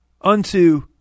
unto